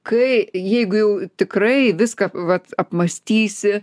kai jeigu jau tikrai viską vat apmąstysi